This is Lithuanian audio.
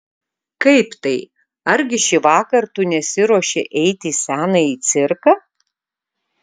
kaip tai argi šįvakar tu nesiruoši eiti į senąjį cirką